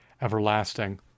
everlasting